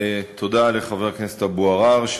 תודה לחבר הכנסת אבו עראר,